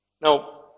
Now